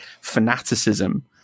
fanaticism